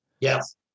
Yes